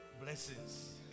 blessings